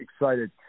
excited